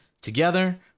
Together